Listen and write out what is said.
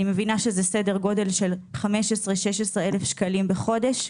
אני מבינה שזה סדר גודל של 15,000-16,000 שקלים בחודש.